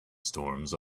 storms